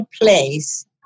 place